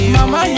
Mama